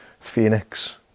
Phoenix